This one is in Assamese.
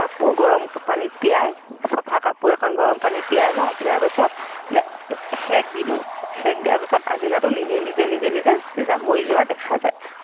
কাপোৰ গৰম পানীত তিয়াই চফা কাপোৰ এখন গৰম পানীত তিয়াই লওঁ তিয়াৰ পাছত সেক দি দিওঁ সেক দিয়াৰ পাছত আচিনাইটো নিজে নিজেই জামৰি যোৱা দেখা যায়